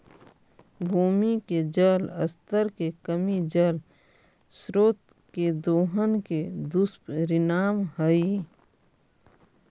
भूमि के जल स्तर के कमी जल स्रोत के दोहन के दुष्परिणाम हई